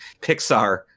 Pixar